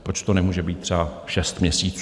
Proč to nemůže být třeba šest měsíců?